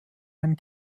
einen